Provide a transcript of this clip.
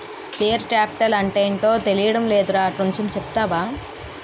Share capital అంటేటో తెలీడం లేదురా కొంచెం చెప్తావా?